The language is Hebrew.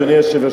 אדוני היושב-ראש,